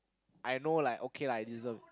I know like okay lah I deserve it